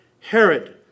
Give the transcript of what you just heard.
Herod